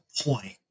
point